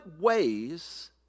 ways